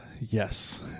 yes